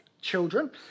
children